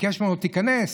הגביר ביקש ממנו: תיכנס.